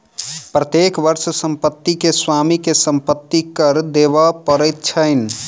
प्रत्येक वर्ष संपत्ति के स्वामी के संपत्ति कर देबअ पड़ैत छैन